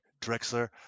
Drexler